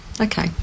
Okay